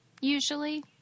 usually